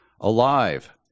alive